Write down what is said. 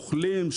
אוכלים,